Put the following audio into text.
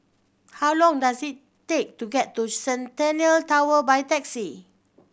how long does it take to get to Centennial Tower by taxi